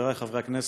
חברי חברי הכנסת,